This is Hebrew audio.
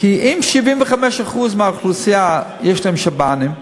כי אם 75% מהאוכלוסייה יש להם שב"נים,